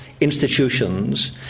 institutions